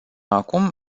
acum